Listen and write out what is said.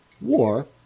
War